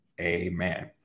Amen